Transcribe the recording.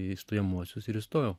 į stojamuosius ir įstojau